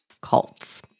Cults